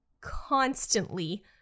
constantly